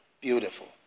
Beautiful